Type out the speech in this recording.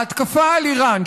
ההתקפה על איראן,